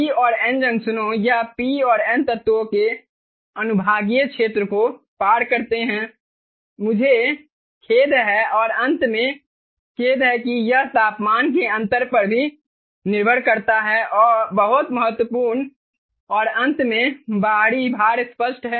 P और N जंक्शनों या P और N तत्वों के अनुभागीय क्षेत्र को पार करते हैं मुझे खेद है और अंत में खेद है कि यह तापमान के अंतर पर भी निर्भर करता है बहुत महत्वपूर्ण और अंत में बाहरी भार स्पष्ट है